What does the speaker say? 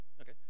Okay